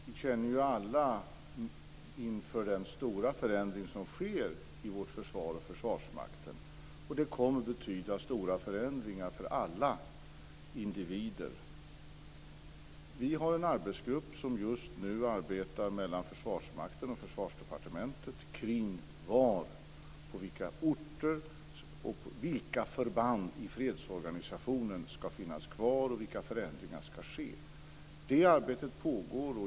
Herr talman! Vi känner alla av detta inför den stora förändring som sker inom vårt försvar och inom Försvarsmakten. Det kommer att betyda stora förändringar för alla individer. En arbetsgrupp arbetar just nu mellan Försvarsmakten och Försvarsdepartementet med frågor kring var, på vilka orter, och kring vilka förband i fredsorganisationen som ska finnas kvar och vilka förändringar som ska ske. Det arbetet pågår.